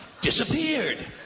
disappeared